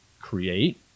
create